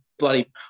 bloody